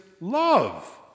love